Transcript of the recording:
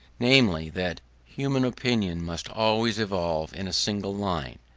namely, that human opinion must always evolve in a single line,